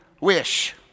wish